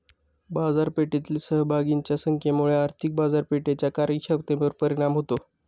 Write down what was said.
बाजारपेठेतील सहभागींच्या संख्येमुळे आर्थिक बाजारपेठेच्या कार्यक्षमतेवर परिणाम होतो